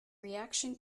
reaction